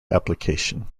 application